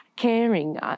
caring